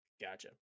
gotcha